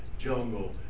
jungle